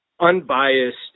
unbiased